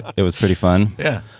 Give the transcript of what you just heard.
it was pretty fun. yeah.